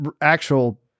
actual